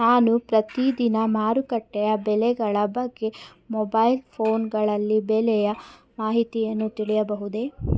ನಾನು ಪ್ರತಿದಿನ ಮಾರುಕಟ್ಟೆಯ ಬೆಲೆಗಳ ಬಗ್ಗೆ ಮೊಬೈಲ್ ಫೋನ್ ಗಳಲ್ಲಿ ಬೆಲೆಯ ಮಾಹಿತಿಯನ್ನು ಪಡೆಯಬಹುದೇ?